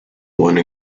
one